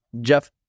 Jeff